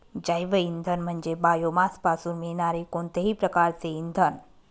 जैवइंधन म्हणजे बायोमासपासून मिळणारे कोणतेही प्रकारचे इंधन